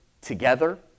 together